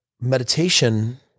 meditation